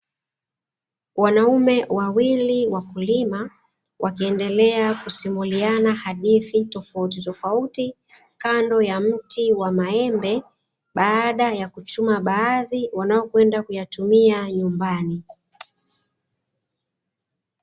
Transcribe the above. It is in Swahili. Wanaume wawili wakulima wakiendelea kusimuliana hadithi tofautitofauti kando ya mti wa maembe baada ya kuchuma baadhi wanayokwenda kuyatumia nyumbani.